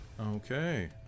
Okay